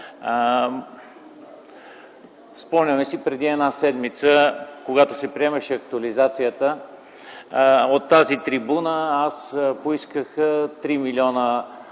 Спомняте си преди една седмица, когато се приемаше актуализацията на бюджета, от тази трибуна аз поисках 3 млн.